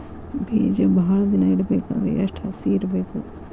ಬೇಜ ಭಾಳ ದಿನ ಇಡಬೇಕಾದರ ಎಷ್ಟು ಹಸಿ ಇರಬೇಕು?